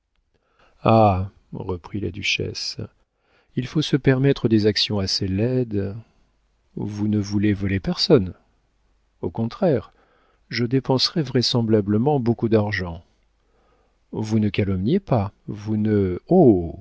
ah reprit la duchesse il faut se permettre des actions assez laides vous ne voulez voler personne au contraire je dépenserai vraisemblablement beaucoup d'argent vous ne calomniez pas vous ne